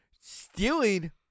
stealing